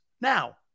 Now